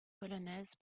polonaise